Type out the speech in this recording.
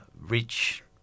rich